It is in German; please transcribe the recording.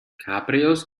cabrios